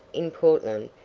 in portland,